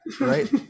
right